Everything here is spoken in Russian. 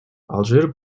алжир